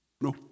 No